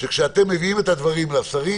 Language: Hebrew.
שכאשר אתם מביאים את הדברים לשרים,